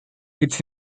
its